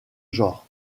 genre